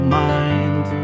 mind